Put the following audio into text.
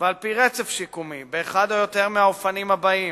ועל-פי רצף שיקומי, באחד או יותר מהאופנים האלה: